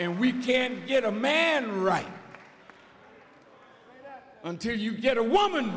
and we can get a man right until you get a woman